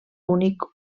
únic